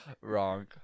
Wrong